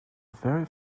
very